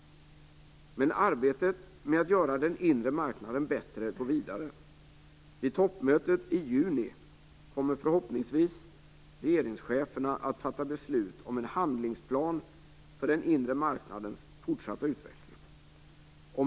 Men arbetet med att göra den inre marknaden bättre går vidare. Vid toppmötet i juni kommer förhoppningsvis regeringscheferna att fatta beslut om en handlingsplan för den inre marknadens fortsatta utveckling.